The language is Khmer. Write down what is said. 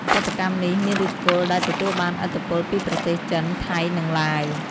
សិប្បកម្មនេះមានឬសគល់ដែលទទួលបានឥទ្ធិពលពីប្រទេសចិន ថៃ និងឡាវ។